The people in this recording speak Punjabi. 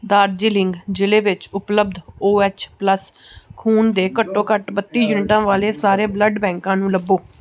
ਦਾਰਜੀਲਿੰਗ ਜ਼ਿਲ੍ਹੇ ਵਿੱਚ ਉਪਲਬਧ ਓ ਐਚ ਪਲੱਸ ਖੂਨ ਦੇ ਘੱਟੋ ਘੱਟ ਬੱਤੀ ਯੂਨਿਟਾਂ ਵਾਲੇ ਸਾਰੇ ਬਲੱਡ ਬੈਂਕਾਂ ਨੂੰ ਲੱਭੋ